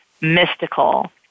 mystical